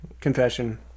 Confession